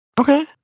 Okay